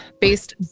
based